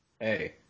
hey